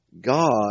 God